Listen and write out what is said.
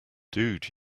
dude